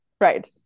right